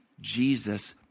Jesus